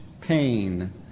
pain